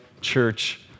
church